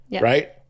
right